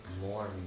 more